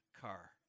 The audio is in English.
car